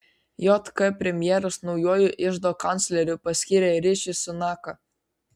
jk premjeras naujuoju iždo kancleriu paskyrė riši sunaką